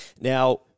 Now